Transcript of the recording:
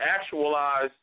actualize